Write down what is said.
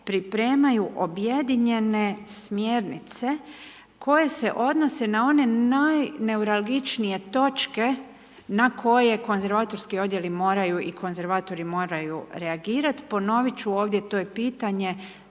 pripremaju objedinjene smjernice koje se odnose na one najneuralgičnije točke na koje konzervatorski odjeli moraju i konzervatori moraju reagirati. Ponoviti ću ovdje to je pitanje